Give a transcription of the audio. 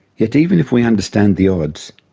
yet even if we understand the odds,